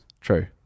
True